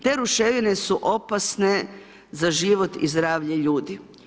Te ruševine su opasne za život i zdravlje ljudi.